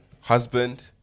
husband